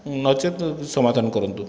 ନଚେତ କିଛି ସମାଧାନ କରନ୍ତୁ